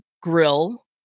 grill